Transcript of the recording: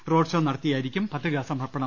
road show നടത്തി യായിരിക്കും പത്രികാ സമർപ്പണം